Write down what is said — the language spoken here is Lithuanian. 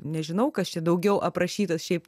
nežinau kas čia daugiau aprašytas šiaip